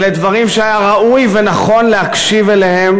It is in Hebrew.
אלה דברים שהיה ראוי ונכון להקשיב אליהם